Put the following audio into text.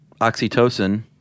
oxytocin